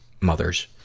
mothers